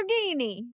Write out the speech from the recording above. Lamborghini